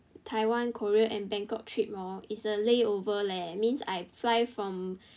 Taiwan Korea and Bangkok trip hor is a layover leh means I fly from